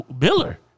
Miller